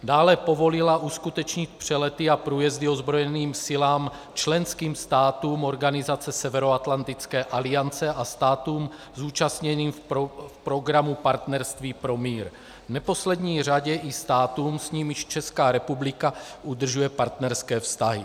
Dále povolila uskutečnit přelety a průjezdy ozbrojeným silám členským státům organizace Severoatlantické aliance a státům zúčastněným v programu Partnerství pro mír, v neposlední řadě i státům, s nimiž Česká republika udržuje partnerské vztahy.